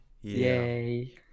yay